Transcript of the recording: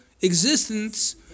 existence